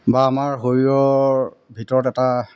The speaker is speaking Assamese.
বা আমাৰ শৰীৰৰ ভিতৰত এটা